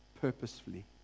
purposefully